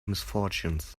misfortunes